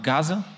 Gaza